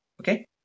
Okay